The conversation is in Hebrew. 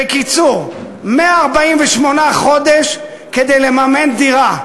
בקיצור, 148 חודש כדי לממן דירה.